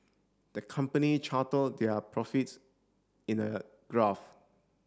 the company charted their profits in a graph